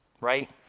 right